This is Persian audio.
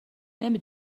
نمی